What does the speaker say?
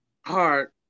hard